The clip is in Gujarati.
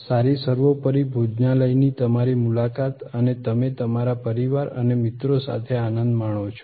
સારી સર્વોપરી ભોજનાલયની તમારી મુલાકાત અને તમે તમારા પરિવાર અને મિત્રો સાથે આનંદ માણો છો